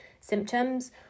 symptoms